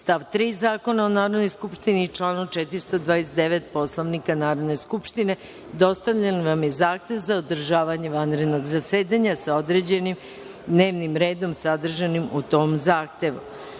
stav 3. Zakona o Narodnoj skupštini i članu 249. Poslovnika Narodne skupštine, dostavljen vam je zahtev za održavanje vanrednog zasedanja, sa određenim dnevnim redom sadržanim u tom zahtevu. Određen